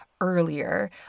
earlier